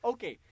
Okay